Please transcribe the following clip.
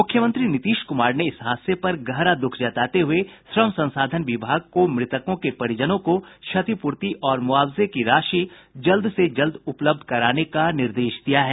मुख्यमंत्री नीतीश कुमार ने इस हादसे पर गहरा दुख जताते हुये श्रम संसाधन विभाग को मृतकों के परिजनों को क्षतिपूर्ति और मुआवजे की राशि जल्द से जल्द उपलब्ध कराने का निर्देश दिया है